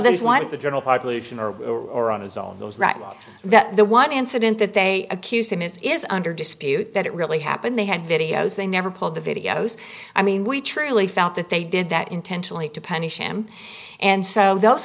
is one of the general population or on his own those right along that the one incident that they accused him is is under dispute that it really happened they had videos they never pulled the videos i mean we truly felt that they did that intentionally to punish him and so those